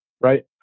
right